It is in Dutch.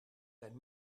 zijn